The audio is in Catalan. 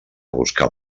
buscar